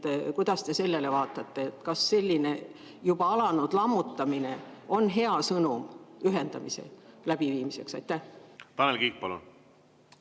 Kuidas te sellele vaatate? Kas selline juba alanud lammutamine on hea sõnum ühendamise läbiviimiseks? Tanel Kiik, palun!